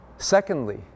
Secondly